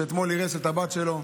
שאתמול אירס את הבת שלו.